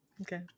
Okay